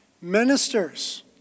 ministers